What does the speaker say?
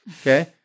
Okay